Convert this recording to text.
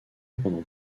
pendant